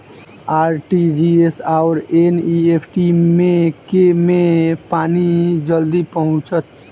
RTGS आओर NEFT मे केँ मे पानि जल्दी पहुँचत